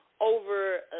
over